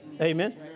Amen